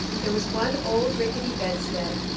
there was one old rickety bedstead,